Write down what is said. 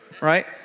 Right